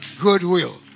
goodwill